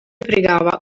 pregava